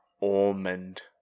Ormond